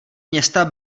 města